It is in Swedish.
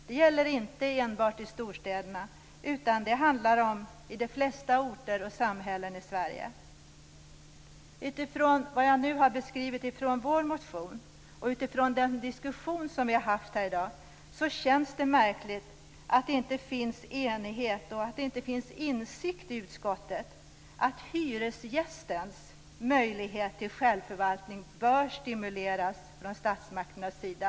Det gäller inte enbart i storstäderna utan i de flesta orter och samhällen i Utifrån vad jag nu har beskrivit från vår motion och utifrån den diskussion som vi har haft här i dag känns det märkligt att det inte finns enighet och insikt i utskottet om att hyresgästens möjlighet till självförvaltning bör stimuleras från statsmakternas sida.